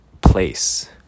place